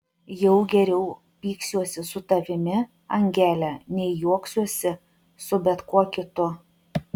jau geriau pyksiuosi su tavimi angele nei juoksiuosi su bet kuo kitu